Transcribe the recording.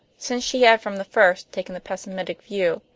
since she had from the first taken the pessimistic view.